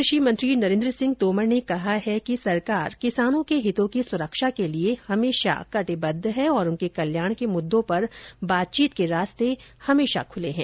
कृषि मंत्री नरेन्द्र सिंह तोमर ने कहा है कि केन्द्र सरकार किसानों के हितों की सुरक्षा के लिए हमेशा कटिबद्ध है और उनके कल्याण के मुददों पर बातचीत के रास्ते हमेशा खूले हैं